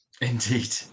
Indeed